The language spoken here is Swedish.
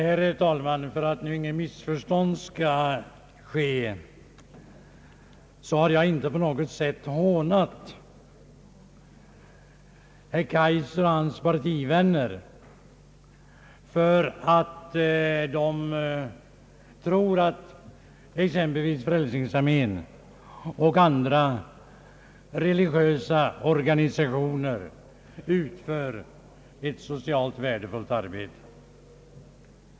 Herr talman! För att inte något missförstånd skall uppstå vill jag framhålla, att jag inte på något sätt har hånat herr Kaijser och hans partivänner för att de tror att exempelvis Frälsningsarmén och andra religiösa organisationer utför ett socialt värdefullt arbete.